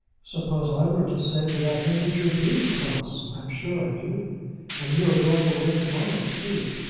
suppose i were to say that i hated your being cross. i'm sure i do and you are going away to-morrow, too.